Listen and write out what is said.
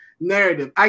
narrative